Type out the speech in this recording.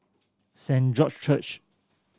Saint George Church